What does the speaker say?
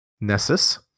Nessus